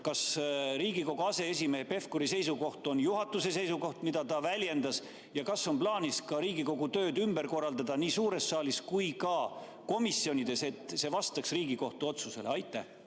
Kas Riigikogu aseesimehe Pevkuri seisukoht on juhatuse seisukoht, mida ta väljendas, ja kas on plaanis ka Riigikogu tööd ümber korraldada nii suures saalis kui ka komisjonides, et see vastaks Riigikohtu otsusele? Aitäh,